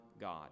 God